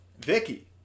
Vicky